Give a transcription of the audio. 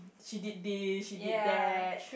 she did this she did that